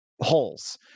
holes